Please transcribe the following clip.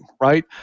right